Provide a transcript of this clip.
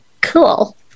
Cool